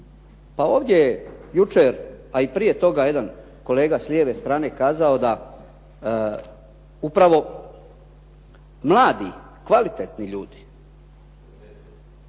Pa ovdje je jučer, a i prije toga jedan kolega s lijeve strane kazao da upravo mladi kvalitetni ljudi